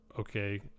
okay